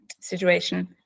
situation